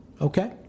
okay